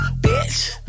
bitch